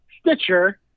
Stitcher